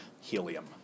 helium